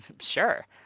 sure